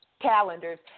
calendars